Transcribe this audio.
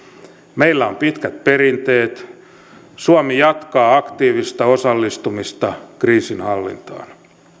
meillä on pitkät perinteet suomi jatkaa aktiivista osallistumista kriisinhallintaan